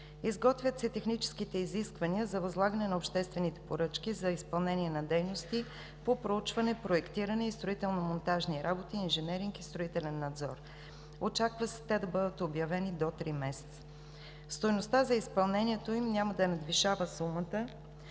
Изготвят се техническите изисквания за възлагане на обществените поръчки за изпълнение на дейности по проучване, проектиране и строително-монтажни работи, инженеринг и строителен надзор. Очаква се те да бъдат обявени до три месеца. Стойността за изпълнението им няма да надвишава сумата